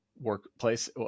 workplace